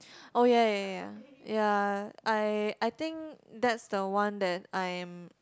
oh ya ya ya ya ya I I think that's the one that I'm